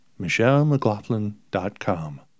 michellemclaughlin.com